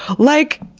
like,